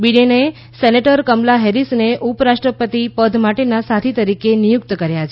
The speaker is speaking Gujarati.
બિડેને સેનેટર કમલા હેરિસને ઉપરાષ્ટ્રપતિ પદ માટેના સાથી તરીકે નિયુક્ત કર્યા છે